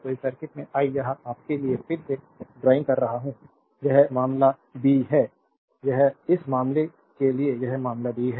तो इस सर्किट में आई यह आपके लिए फिर से ड्राइंग कर रहा हूं यह मामला बी है यह इस मामले के लिए है यह मामला बी है